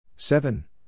Seven